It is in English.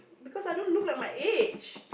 because I don't look like my age